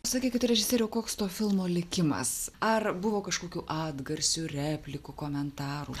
sakykit režisieriau koks to filmo likimas ar buvo kažkokių atgarsių replikų komentarų